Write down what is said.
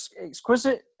exquisite